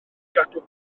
gadw